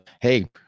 hey